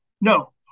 no